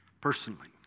personally